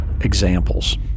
examples